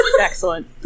Excellent